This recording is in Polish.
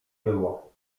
było